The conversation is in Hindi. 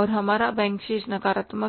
और हमारा बैंक शेष नकारात्मक है